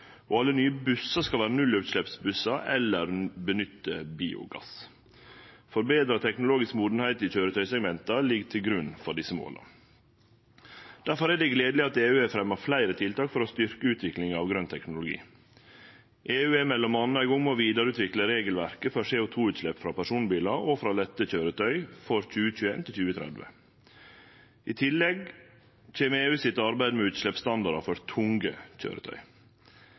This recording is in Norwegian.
og alle nye bussar skal vere nullutsleppsbussar eller nytte biogass. Forbetra teknologisk modenheit i køyretøysegmenta ligg til grunn for desse måla. Derfor er det gledeleg at EU har fremja fleire tiltak for å styrkje utvikling av grøn teknologi. EU er m.a. i gang med å vidareutvikle regelverket for CO2-utslepp frå personbilar og frå lette køyretøy for 2021–2030. I tillegg kjem EU sitt arbeid med utsleppsstandardar for tunge køyretøy.